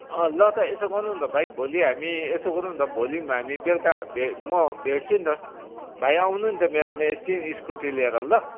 अँ ल त यसो गर्नु न त भाइ भोलि हामी यसो गर्नु नि त भोलि हामी बेलुका भे म भेट्छु नि त भाइ आउनु नि त मेरोमा एकछिन स्कुटी लिएर ल